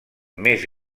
més